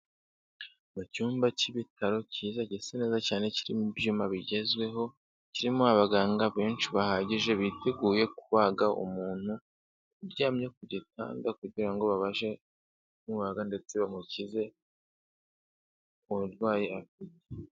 Mu cyumba cy'ibitaro cyiza gisa neza cyane kirimo ibyuma bigezweho, kirimo abaganga benshi bahagije biteguye kubaga umuntu uryamye ku gitanda kugira ngo babashe kumubaga ndetse bamukize umurwayi abafite.